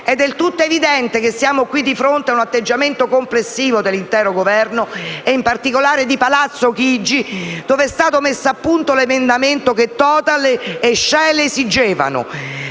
È del tutto evidente che siamo qui di fronte a un atteggiamento complessivo dell'intero Governo, e in particolare di Palazzo Chigi, dove è stato messo a punto l'emendamento che Total e Shell esigevano.